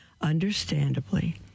Understandably